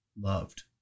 loved